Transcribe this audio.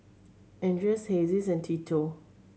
Andreas Hezzie and Tito